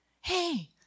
Hey